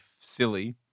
silly